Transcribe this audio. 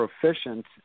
proficient